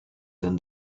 than